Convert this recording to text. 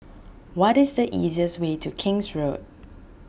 what is the easiest way to King's Road